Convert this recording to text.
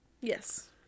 Yes